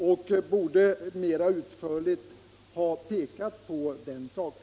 Utskottet borde mera utförligt ha redovisat den saken.